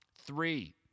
three